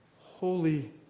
holy